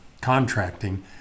Contracting